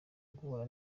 guhura